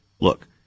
look